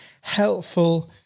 helpful